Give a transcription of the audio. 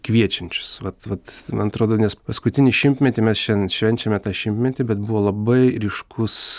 kviečiančius vat vat man atrodo nes paskutinį šimtmetį mes šiandien švenčiame tą šimtmetį bet buvo labai ryškus